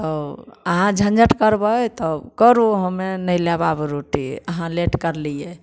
ओ अहाँ झँझट करबै तब करू हमे नहि लाएब आब रोटिए अहाँ लेट करलियै